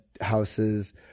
houses